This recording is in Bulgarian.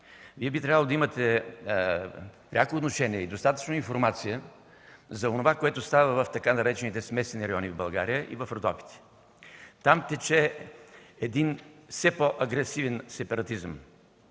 Вие би трябвало да имате пряко отношение и достатъчно информация за онова, което става в така наречените „смесени райони” в България и в Родопите. Там тече един все по-агресивен сепаратизъм.